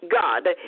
God